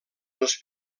les